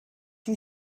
you